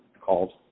called